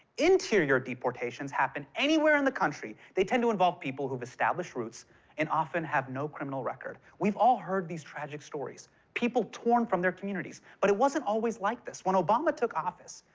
interior deportations happen anywhere in the country. they to involve people who've established roots and often have no criminal record. we've all heard these tragic stories people torn from their communities. but it wasn't always like this. when obama took office,